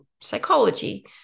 psychology